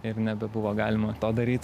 ir nebebuvo galima to daryt